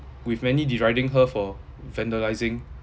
with many deriding her for vandalising